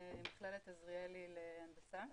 ממכללת עזריאלי להנדסה,